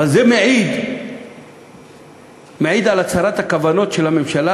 אבל זה מעיד על הצהרת הכוונות של הממשלה